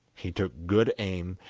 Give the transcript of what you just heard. he took good aim,